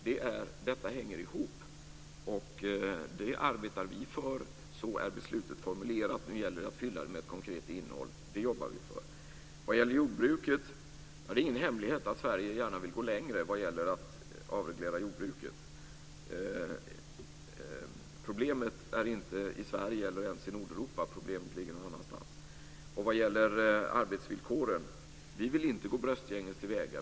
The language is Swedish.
Detta hänger ihop, och det arbetar vi för. Så är beslutet formulerat, och nu gäller det att fylla det med ett konkret innehåll. Det jobbar vi för. Vad gäller jordbruket är det ingen hemlighet att Sverige gärna vill gå längre när det gäller att avreglera jordbruket. Problemet finns inte i Sverige eller ens i Nordeuropa. Problemet ligger någon annanstans. Vad gäller arbetsvillkoren vill vi inte gå bröstgänges till väga.